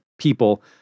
people